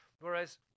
whereas